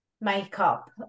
makeup